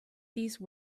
these